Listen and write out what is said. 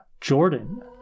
jordan